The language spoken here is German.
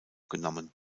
genommen